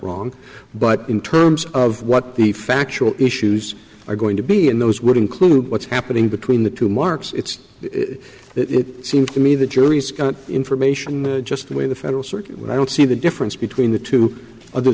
wrong but in terms of what the factual issues are going to be in those would include what's happening between the two marks it's it seems to me the jury's information just the way the federal circuit but i don't see the difference between the two other